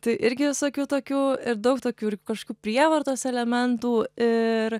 tai irgi visokių tokių ir daug tokių kažkaip prievartos elementų ir